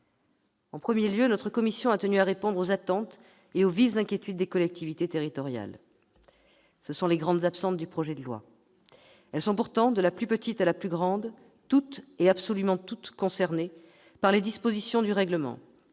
En premier lieu, notre commission a tenu à répondre aux attentes et aux vives inquiétudes des collectivités territoriales. Ce sont les grandes absentes du projet de loi. Elles sont pourtant, de la plus petite à la plus grande d'entre elles, toutes- absolument toutes -concernées par les dispositions du règlement